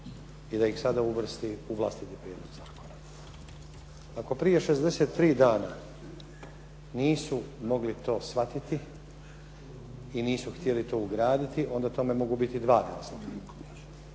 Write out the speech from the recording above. i da ih sada uvrsti u vlastiti prijedlog zakona. Ako prije 63 dana nisu mogli to shvatiti i nisu htjeli to ugraditi, onda tome mogu biti 2